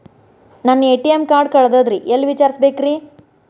ನನ್ನ ATM card ಕಳದದ್ರಿ ಎಲ್ಲಿ ವಿಚಾರಿಸ್ಬೇಕ್ರಿ?